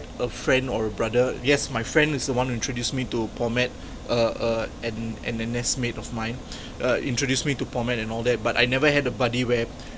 a friend or brother yes my friend is the one who introduced me to pomade uh uh and and a nest mate of mine uh introduced me to pomade and all that but I never had a buddy where